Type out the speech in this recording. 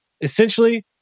Essentially